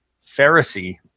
Pharisee